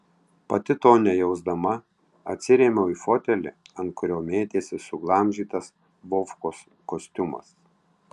pati to nejausdama atsirėmiau į fotelį ant kurio mėtėsi suglamžytas vovkos kostiumas